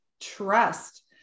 trust